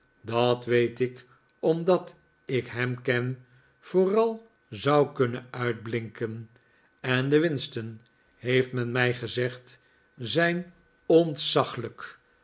dat weet ik omdat ik hem ken vooral zou kunnen uitblinken en de winsten heeft men mij gezegd zijn ont zag lijk